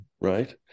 Right